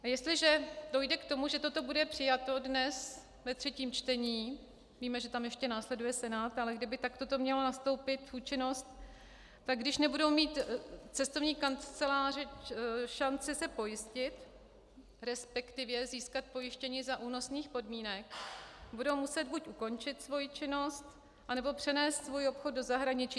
Jestliže dojde k tomu, že toto bude přijato dnes ve třetím čtení, víme, že tam ještě následuje Senát, ale kdyby to takto mělo nastoupit v účinnost, tak když nebudou mít cestovní kanceláře šanci se pojistit, respektive získat pojištění za únosných podmínek, budou muset buď ukončit svoji činnost, anebo přenést svůj obchod do zahraničí.